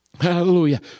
Hallelujah